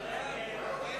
ההצעה להסיר